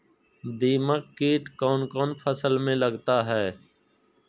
दीमक किट कौन कौन फसल में लगता है?